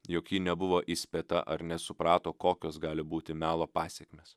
jog ji nebuvo įspėta ar nesuprato kokios gali būti melo pasekmės